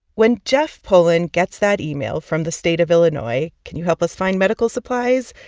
when jeff polen gets that email from the state of illinois can you help us find medical supplies?